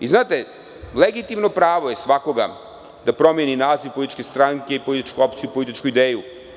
Legitimno pravo je svakoga da promeni naziv političke stranke, političku opciju i političku ideju.